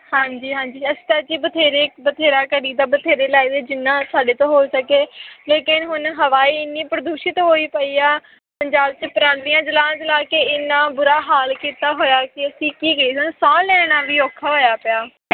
ਹਾਂਜੀ ਹਾਂਜੀ ਅਸੀਂ ਤਾਂ ਜੀ ਬਥੇਰੇ ਬਥੇਰਾ ਕਰੀ ਦਾ ਬਥੇਰੇ ਲਾਏ ਵੇ ਜਿੰਨਾ ਸਾਡੇ ਤੋਂ ਹੋ ਸਕੇ ਲੇਕਿਨ ਹੁਣ ਹਵਾ ਹੀ ਇੰਨੀ ਪ੍ਰਦੂਸ਼ਿਤ ਹੋਈ ਪਈ ਆ ਪੰਜਾਬ 'ਚ ਪਰਾਲੀਆਂ ਜਲਾ ਜਲਾ ਕੇ ਇੰਨਾ ਬੁਰਾ ਹਾਲ ਕੀਤਾ ਹੋਇਆ ਕਿ ਅਸੀਂ ਕੀ ਕਹੀਏ ਸਾਨੂੰ ਸਾਹ ਲੈਣ ਆ ਵੀ ਔਖਾ ਹੋਇਆ ਪਿਆ